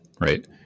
right